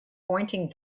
pointing